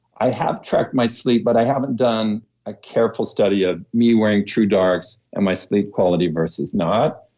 i have tracked my sleep, but i haven't done a careful study of me wearing truedarks and my sleep quality versus not,